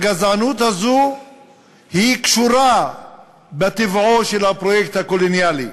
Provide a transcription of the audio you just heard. הגזענות הזאת קשורה בטבעו של הפרויקט הקולוניאלי.